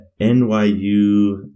NYU